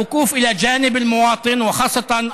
להלן תרגומם: אחיי ואחיותיי.